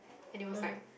and it was like